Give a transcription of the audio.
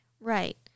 Right